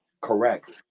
Correct